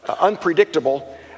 unpredictable